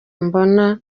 mbona